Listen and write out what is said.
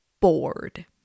bored